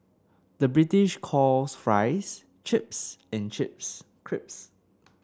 the British calls fries chips and chips crisps